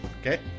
Okay